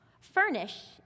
furnish